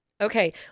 Okay